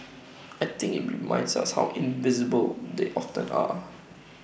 I think IT reminds us how invisible they often are